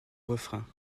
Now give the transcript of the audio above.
refrain